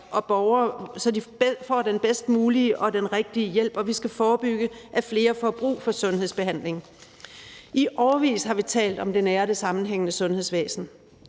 og borgere, så de får den bedst mulige og den rigtige hjælp, og vi skal forebygge, at flere får brug for sundhedsbehandling. Vi har i årevis talt om det nære og sammenhængende sundhedsvæsen.